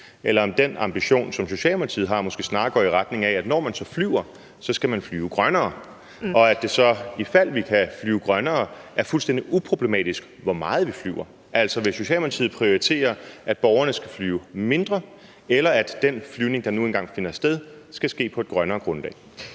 eller om den ambition, som Socialdemokratiet har, måske snarere går i retning af, at når man flyver, så skal man flyve grønnere – og at det så, ifald vi kan flyve grønnere, er fuldstændig uproblematisk, hvor meget vi flyver. Altså, vil Socialdemokratiet prioritere, at borgerne skal flyve mindre, eller at den flyvning, der nu engang finder sted, skal ske på et grønnere grundlag?